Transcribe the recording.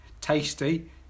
Tasty